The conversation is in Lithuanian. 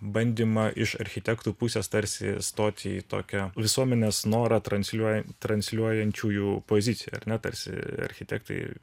bandymą iš architektų pusės tarsi stoti į tokią visuomenės norą transliuoja transliuojančiųjų poziciją ar ne tarsi architektai